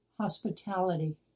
hospitality